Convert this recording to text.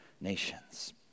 nations